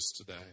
today